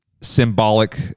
symbolic